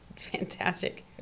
fantastic